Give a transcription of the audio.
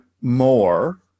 more